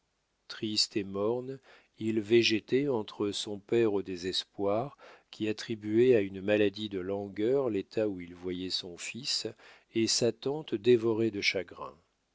triste et morne il végétait entre son père au désespoir qui attribuait à une maladie de langueur l'état où il voyait son fils et sa tante dévorée de chagrin